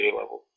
level